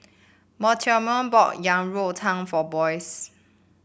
Mortimer bought Yang Rou Tang for Boyce